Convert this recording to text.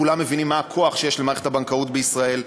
כולם מבינים מה הכוח שיש למערכת הבנקאות בישראל,